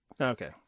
Okay